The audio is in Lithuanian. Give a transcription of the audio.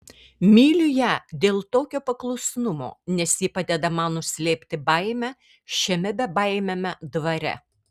myliu ją dėl tokio paklusnumo nes ji padeda man nuslėpti baimę šiame bebaimiame dvare